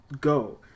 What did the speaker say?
go